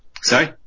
Sorry